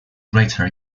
greater